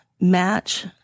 match